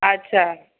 अच्छा